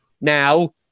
now